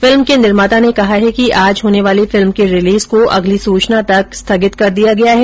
film के निर्माता ने कहा है कि आज होने वाली फिल्म की रिलीज को अगली सूचना तक स्थगित कर दिया गया है